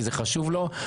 כי זה חשוב לו,